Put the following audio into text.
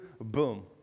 Boom